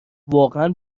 واقعا